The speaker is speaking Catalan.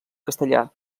castellà